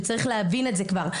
וצריך להבין את זה כבר.